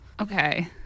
okay